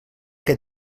que